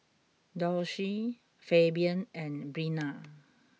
Dulce Fabian and Breana